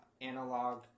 analog